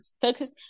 focus